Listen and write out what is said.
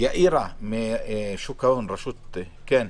יאירה, רשות שוק ההון, בבקשה.